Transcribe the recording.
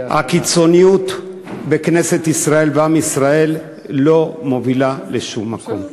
הקיצוניות בכנסת ישראל ובעם ישראל לא מובילה לשום מקום.